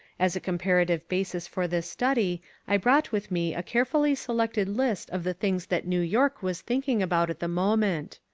as a comparative basis for this study i brought with me a carefully selected list of the things that new york was thinking about at the moment.